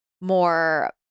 more